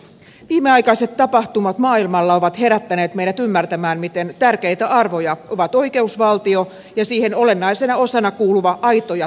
viimeaikaiset tapahtumat maailmalla ovat herättäneet meidät ymmärtämään miten tärkeitä arvoja ovat oikeusvaltio ja siihen olennaisena osana kuuluva aito ja todellinen demokratia